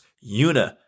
Una